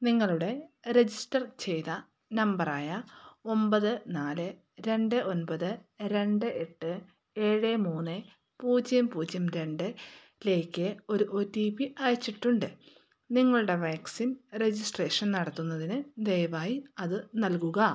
നിങ്ങളുടെ രജിസ്റ്റർ ചെയ്ത നമ്പറായ ഒൻപത് നാല് രണ്ട് ഒൻപത് രണ്ട് എട്ട് ഏഴ് മൂന്ന് പൂജ്യം പൂജ്യം രണ്ടിലേക്ക് ഒരു ഒ ടി പി അയച്ചിട്ടുണ്ട് നിങ്ങളുടെ വാക്സിൻ രജിസ്ട്രേഷൻ നടത്തുന്നതിന് ദയവായി അത് നൽകുക